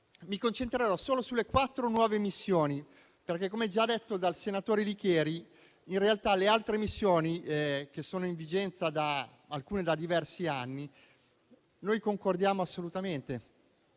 mi concentrerò solo sulle quattro nuove missioni perché, come già detto dal senatore Licheri, in realtà sulle altre missioni vigenti da diversi anni noi concordiamo assolutamente.